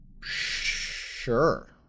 sure